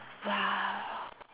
!wow!